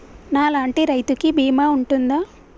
నా లాంటి రైతు కి బీమా ఉంటుందా?